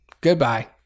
Goodbye